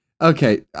Okay